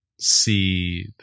see